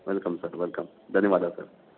welcome sir welcome ಧನ್ಯವಾದ sir